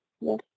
yes